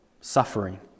suffering